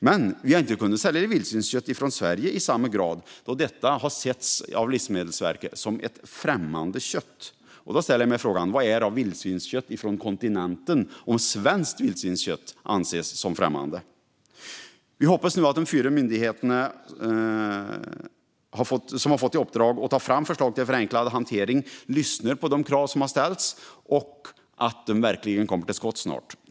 Men vi har inte kunnat sälja vildsvinskött från Sverige i samma grad eftersom det av Livsmedelsverket har setts som ett främmande kött. Vad är då vildsvinskött från kontinenten om svenskt vildsvinskött anses som främmande? Vi hoppas nu att de fyra myndigheterna som har fått i uppdrag att ta fram förslag till förenklad hantering lyssnar på de krav som har ställts och att de snart kommer till skott.